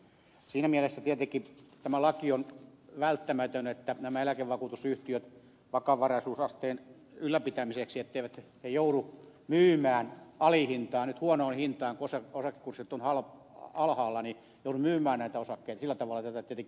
siinä mielessä tietenkin tämä laki on välttämätön etteivät nämä eläkevakuutusyhtiöt vakavaraisuusasteensa ylläpitämiseksi joudu myymään alihintaan huonoon hintaan nyt kun osakekurssit ovat alhaalla osakkeitaan